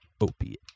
Opiate